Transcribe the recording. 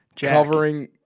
Covering